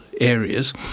areas